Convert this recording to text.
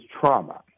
trauma